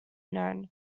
known